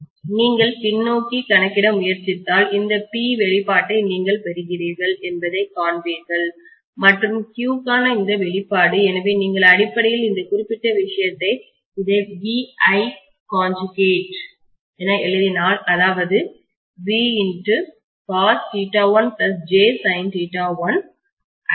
நீங்கள் பின்னோக்கி கணக்கிட முயற்சித்தால் இந்த P வெளிப்பாட்டை நீங்கள் பெறுகிறீர்கள் என்பதைக் காண்பீர்கள் மற்றும் Q க்கான இந்த வெளிப்பாடு எனவே நீங்கள் அடிப்படையில் இந்த குறிப்பிட்ட விஷயத்தில் இதை VI என எழுதினால் அதாவது பெறப்போகிறேன்